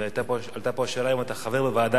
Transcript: ועלתה פה השאלה האם אתה חבר בוועדה